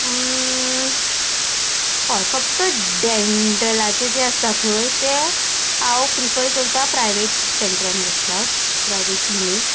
हय फक्त डेंटलाचे जे आसता पय ते हांव प्रिफर करता प्रायवेट सेंटरान वसपाक प्रायवेट क्लिनीक